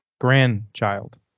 grandchild